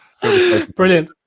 brilliant